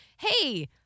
hey